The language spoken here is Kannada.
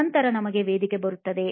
ನಂತರ ನಮಗೆ ವೇದಿಕೆ ಬರುತ್ತದೆ